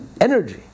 energy